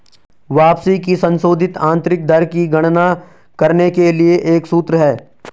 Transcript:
वापसी की संशोधित आंतरिक दर की गणना करने के लिए एक सूत्र है